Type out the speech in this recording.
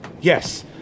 Yes